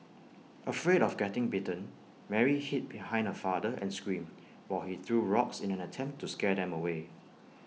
afraid of getting bitten Mary hid behind her father and screamed while he threw rocks in an attempt to scare them away